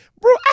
bro